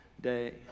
day